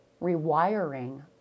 rewiring